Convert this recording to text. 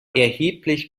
erheblich